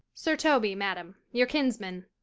sir toby, madam, your kinsman.